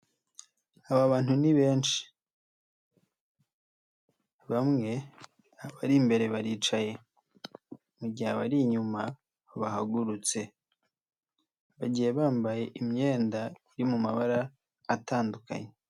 Aba bantu ni benshi, bamwe bari imbere baricaye, mu gihe abari inyuma bahagurutse, bagiye bambaye imyenda iri mu mabara atandukanye.